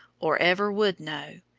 or ever would know.